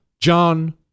John